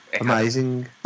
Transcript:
Amazing